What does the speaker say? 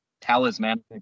talismanic